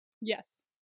Yes